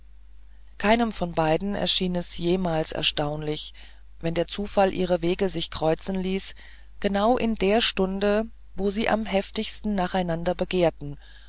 keinem von beiden erschien es jemals erstaunlich wenn der zufall ihre wege sich kreuzen ließ genau in der stunde wo sie am heftigsten nacheinander begehrten